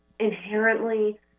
inherently